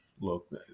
look